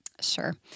Sure